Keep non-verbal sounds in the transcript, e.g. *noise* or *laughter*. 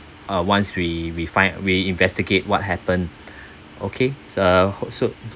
uh once we we find we investigate what happen *breath* okay so uh hope so